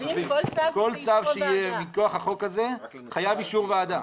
כל צו שיהיה מכוח החוק הזה חייב אישור ועדה.